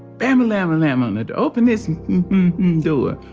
family i'm a madman and open this door.